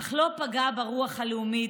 אך לא פגעה ברוח הלאומית,